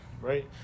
right